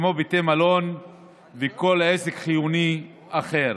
כמו בתי מלון וכל עסק חיוני אחר,